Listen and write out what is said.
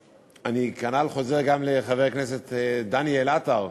כנ"ל, אני חוזר גם לחבר הכנסת דניאל עטר,